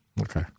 okay